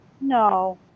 no